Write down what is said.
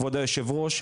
כבוד היושב-ראש,